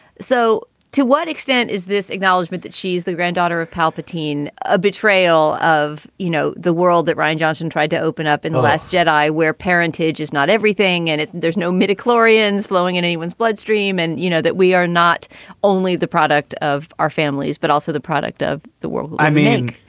so to what extent is this acknowledgement that she's the granddaughter of palpatine, a betrayal of, you know, the world that ryan johnson tried to open up in the last jedi, where parentage is not everything and there's no middeck laurean's blowing in anyone's bloodstream. and you know that we are not only the product of our families, but also the product of the world i mean,